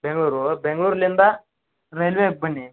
ಬೆಂಗಳೂರು ಬೆಂಗ್ಳೂರ್ನಿಂದ ರೈಲ್ವೆಗೆ ಬನ್ನಿ